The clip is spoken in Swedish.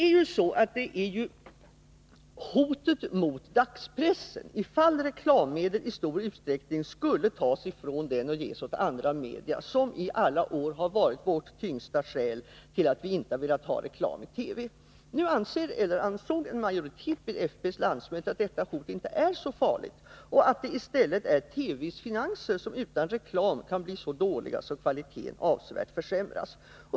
3 Det är ju hotet mot dagspressen, ifall reklammedel i stor utsträckning skulle tas från den och ges åt andra medier, som i alla dessa år varit det tyngst vägande skälet till att vi inte har velat ha reklam i TV. Nu ansåg emellertid en majoritet vid fp:s landsmöte att detta hot inte är särskilt farligt och att det i stället är TV:s finanser som utan reklam kan bli så dåliga att det kan bli risk för att kvaliteten avsevärt försämras.